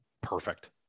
Perfect